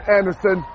Anderson